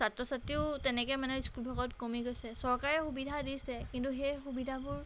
ছাত্ৰ ছাত্ৰীও তেনেকৈ মানে স্কুলবোৰত কমি গৈছে চৰকাৰে সুবিধা দিছে কিন্তু সেই সুবিধাবোৰ